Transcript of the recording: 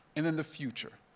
and then the future.